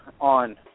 on